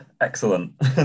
Excellent